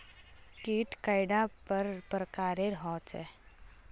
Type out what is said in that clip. कीट कैडा पर प्रकारेर होचे?